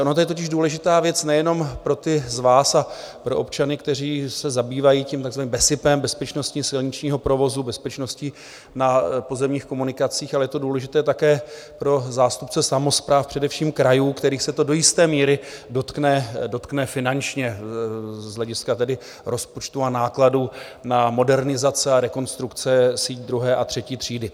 Ona to je totiž důležitá věc nejenom pro ty z vás a pro občany, kteří se zabývají takzvaným BESIPem, bezpečností silničního provozu, bezpečností na pozemních komunikacích, ale je to důležité také pro zástupce samospráv, především krajů, kterých se to do jisté míry dotkne finančně z hlediska rozpočtu a nákladů na modernizace a rekonstrukce sítě druhé a třetí třídy.